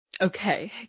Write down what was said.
Okay